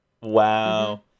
wow